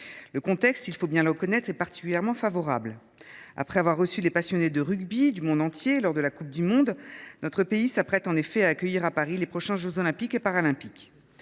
Le contexte – il faut le bien le reconnaître – est particulièrement favorable. Après avoir reçu les passionnés de rugby du monde entier lors de la Coupe du monde, notre pays s’apprête à accueillir à Paris les prochains jeux Olympiques et Paralympiques.